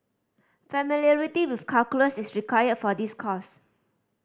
familiarity with calculus is required for this course